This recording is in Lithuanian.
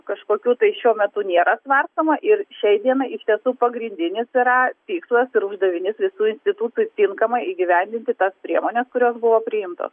kažkokių tai šiuo metu nėra svarstoma ir šiai dienai iš tiesų pagrindinis yra tikslas ir uždavinys visų institutų tinkamai įgyvendinti tas priemones kurios buvo priimtos